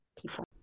people